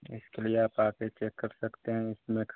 इसके लिए आप आकर चेक कर सकते हैं उसमें